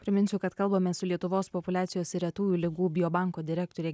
priminsiu kad kalbamės su lietuvos populiacijos ir retųjų ligų biobanko direktore